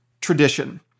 tradition